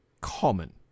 common